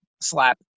slap